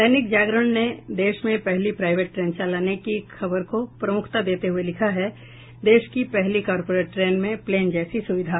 दैनिक जागरण ने देश में पहली प्राईवेट ट्रेन चलने की खबर को प्रमुखता देते हुये लिखा है देश की पहली कॉरपोरेट ट्रेन में प्लेन जैसी सुविधा